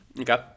Okay